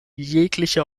jegliche